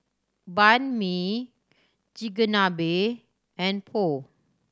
Banh Mi Chigenabe and Pho